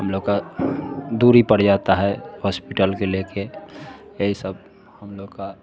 हम लोग का दूरी पड़ जाता है होस्पिटल को ले कर ये सब हम लोग का